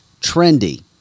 trendy